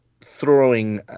throwing